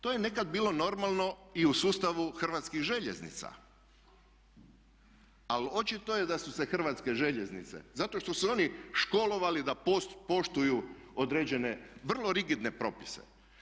To je nekad bilo normalno i u sustavu Hrvatskih željeznica, ali očito je da su se Hrvatske željeznice zato što su se oni školovali da poštuju određene vrlo rigidne propise.